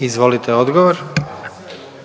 **Jandroković,